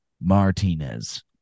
Martinez